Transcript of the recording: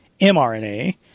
mRNA